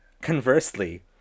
Conversely